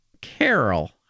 Carol